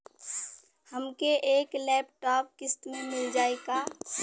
हमके एक लैपटॉप किस्त मे मिल जाई का?